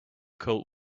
cold